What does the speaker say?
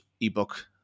ebook